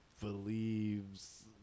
believes